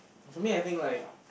for me I think like